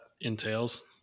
entails